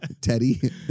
Teddy